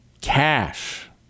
Cash